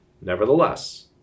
Nevertheless